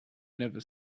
never